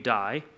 die